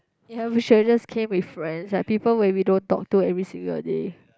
it have should we just came with friends that people where we don't talk to every single a day